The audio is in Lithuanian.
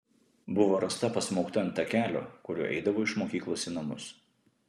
buvo rasta pasmaugta ant takelio kuriuo eidavo iš mokyklos į namus